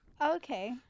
Okay